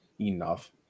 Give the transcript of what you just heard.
Enough